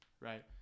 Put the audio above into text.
right